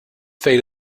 fate